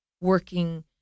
working